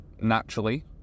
naturally